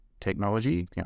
technology